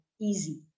easy